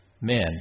men